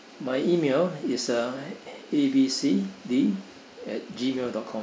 my email is uh A B C D at Gmail dot com